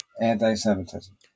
anti-Semitism